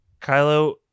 Kylo